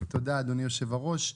תודה אדוני יושב הראש.